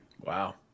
Wow